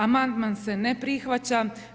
Amandman se ne prihvaća.